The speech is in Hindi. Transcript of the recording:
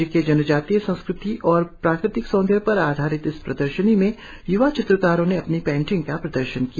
राज्य के जनजातीय संस्कृति और प्राकृतिक सौंदर्य पर आधारित इस प्रदर्शनी में य्वा चित्रकारों ने अपनी पेंटिंग का प्रदर्शन किया